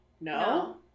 No